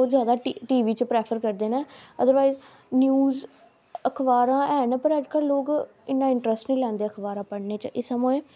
ओह् जादै T V च प्रेफर करदे न अदरवाइज़ न्यूज़ अखबारां हैन पर अज्जकल लोग इ'न्ना इंटरस्ट निं लैंदे अखबारां पढ़ने च इसे मोए